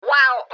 Wow